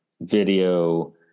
video